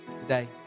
today